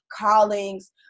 callings